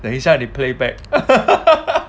等一下 replay back